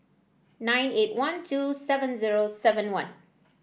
nine eight one two seven zero seven one